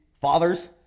fathers